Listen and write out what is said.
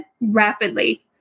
rapidly